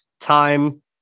time